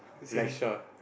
blackshot